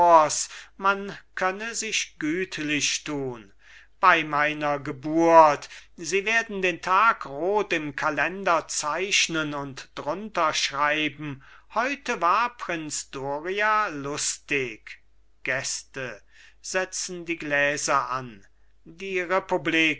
man könne sich gütlich tun bei meiner geburt sie werden den tag rot im kalender zeichnen und drunter schreiben heute war prinz doria lustig gäste setzen die gläser an die republik